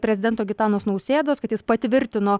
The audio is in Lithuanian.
prezidento gitanos nausėdos kad jis patvirtino